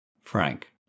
Frank